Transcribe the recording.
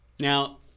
Now